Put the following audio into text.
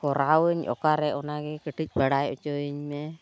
ᱠᱚᱨᱟᱣᱟᱹᱧ ᱚᱠᱟᱨᱮ ᱚᱱᱟᱜᱮ ᱠᱟᱹᱴᱤᱡ ᱵᱟᱲᱟᱭ ᱚᱪᱚᱭᱤᱧ ᱢᱮ